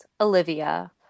olivia